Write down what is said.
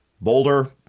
Boulder